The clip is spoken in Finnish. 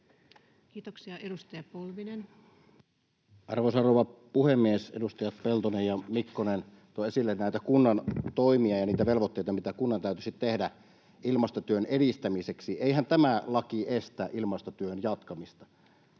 Kiitoksia. — Edustaja Polvinen. Arvoisa rouva puhemies! Edustajat Peltonen ja Mikkonen toivat esille näitä kunnan toimia ja niitä velvoitteita, mitä kunnan täytyisi tehdä ilmastotyön edistämiseksi. Eihän tämä laki estä ilmastotyön jatkamista.